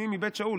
אני מבית שאול.